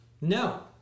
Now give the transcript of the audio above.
No